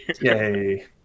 Yay